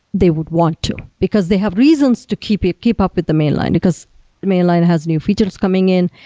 they would want to, because they have reasons to keep keep up with the mainline, because mainline has new features coming in.